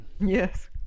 Yes